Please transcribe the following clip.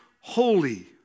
holy